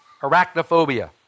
arachnophobia